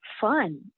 fun